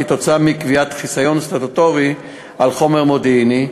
כתוצאה מקביעת חיסיון סטטוטורי על חומר מודיעיני,